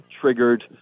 triggered